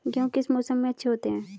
गेहूँ किस मौसम में अच्छे होते हैं?